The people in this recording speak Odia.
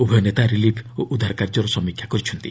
ଉଭୟ ନେତା ରିଲିଫ୍ ଓ ଉଦ୍ଧାର କାର୍ଯ୍ୟର ସମୀକ୍ଷା କରିଛନ୍ତି